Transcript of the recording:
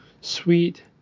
Sweet